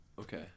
Okay